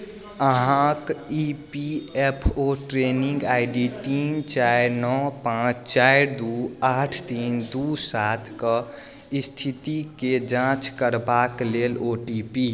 अहाँक E P F O training I D तीन चारि नओ पाँच चारि दू आठ तीन दू सातके स्थितिके जाँच करबाक लेल ओ टी पी